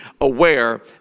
aware